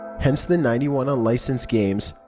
hence the ninety one unlicensed games.